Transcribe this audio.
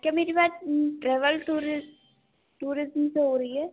क्या मेरी बात प्रवल टूरि टूरिज़्म से हो रही है